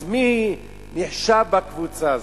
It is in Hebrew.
אז מי נחשב בקבוצה הזאת?